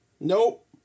nope